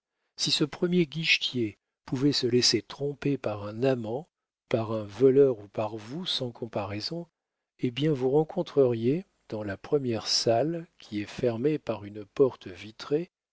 si ce premier guichetier pouvait se laisser tromper par un amant par un voleur ou par vous sans comparaison eh bien vous rencontreriez dans la première salle qui est fermée par une porte vitrée